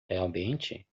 realmente